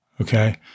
okay